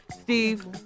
Steve